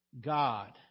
God